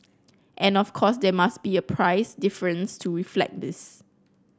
and of course there must be a price difference to reflect this